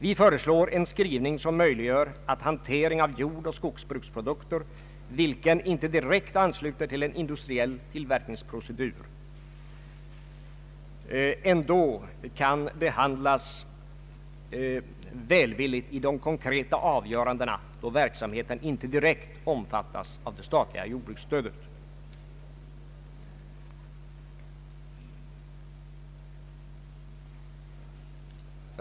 Vi föreslår en skrivning som möjliggör att hantering av jordoch skogsbruksprodukter, vilken inte direkt ansluter sig till en industriell tillverkningsprocedur, ändå kan behandlas välvilligt i de konkreta avgörandena, då verksamheten inte direkt omfattas av det statliga jordbruksstödet.